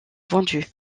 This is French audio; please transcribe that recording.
vendu